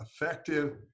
effective